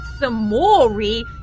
Samori